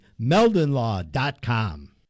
meldenlaw.com